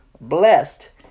blessed